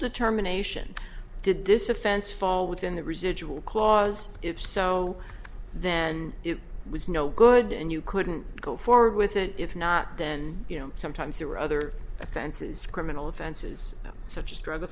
determination did this offense fall within the residual clause if so then it was no good and you couldn't go forward with it if not then you know sometimes there were other offenses criminal offenses such as drug